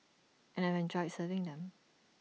and I've enjoyed serving them